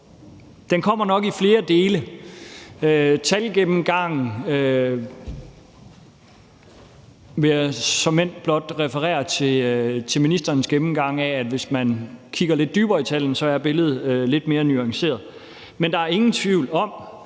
den kommer nok i flere dele. Med hensyn til talgennemgangen vil jeg såmænd blot referere til ministerens gennemgang af, at hvis man kigger lidt dybere ned i tallene, er billedet lidt mere nuanceret. Men der er ingen tvivl om,